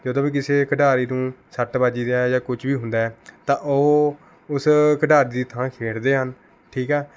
ਜਦੋਂ ਵੀ ਕਿਸੇ ਖਿਡਾਰੀ ਨੂੰ ਸੱਟ ਵੱਜ ਜਾਏ ਜਾਂ ਕੁਝ ਵੀ ਹੁੰਦਾ ਹੈ ਤਾਂ ਉਹ ਉਸ ਖਿਡਾਰੀ ਦੀ ਥਾਂ ਖੇਡਦੇ ਹਨ ਠੀਕ ਹੈ